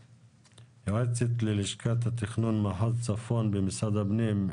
היועצת ללשכת התכנון במחוז צפון במשרד הפנים,